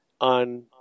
on